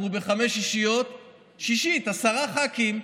אנחנו בחמש שישיות, אז שישית, 10 ח"כים,